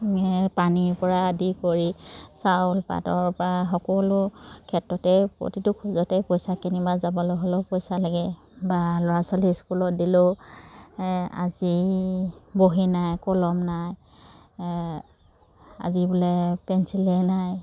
পানীৰ পৰা আদি কৰি চাউল পাতৰ পৰা সকলো ক্ষেত্ৰতে প্ৰতিটো খোজতে পইচা কেনিবা যাবলৈ হ'লেও পইচা লাগে বা ল'ৰা ছোৱালী স্কুলত দিলেও আজি বহী নাই কলম নাই আজি বোলে পেঞ্চিলে নাই